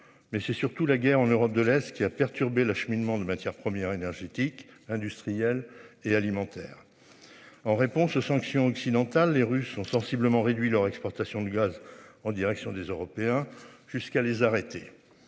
mais c'est surtout la guerre en Europe de l'Est qui a perturbé l'acheminement de matières premières énergétiques industrielle et alimentaire. En réponse aux sanctions occidentales. Les Russes ont sensiblement réduit leur exportations de gaz en direction des Européens jusqu'à les arrêter,